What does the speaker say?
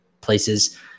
places